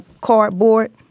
cardboard